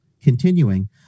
Continuing